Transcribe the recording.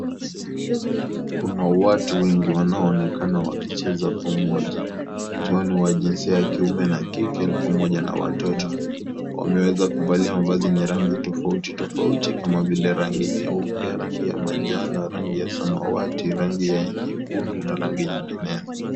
Kuna watu wengine wanaonekana wakicheza pamoja, watu hao ni wa kijinsia wa kiume na kike pamoja na watoto, wameweza kuvalia mavazi yenye rangi taofauti kama vile rangi nyeupe, rangi ya majano, rangi ya masawati, rangi ya nyekundu, na rangi nyingineyo.